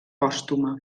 pòstuma